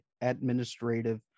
administrative